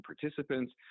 participants